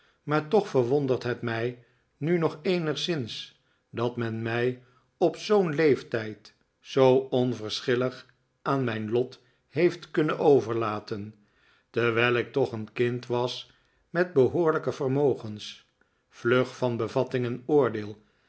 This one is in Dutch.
maar toch verwondert het mij nu nog eenigszins dat men mij op zoo'n leeftijd zoo onverschillig aan mijn lot heeft kunnen overlaten terwijl ik toch een kind was met behoorlijke vermogens vlug van bevatting en oordeel